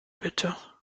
bitte